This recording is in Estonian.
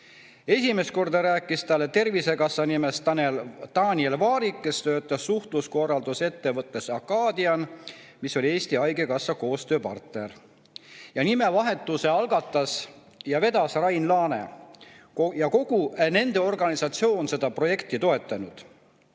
Esimest korda rääkis talle Tervisekassa nimest Daniel Vaarik, kes töötas suhtekorraldusettevõttes Akkadian, mis oli Eesti Haigekassa koostööpartner. Ja nimevahetuse algatas ja seda vedas Rain Laane. Kogu nende organisatsioon on seda projekti toetanud.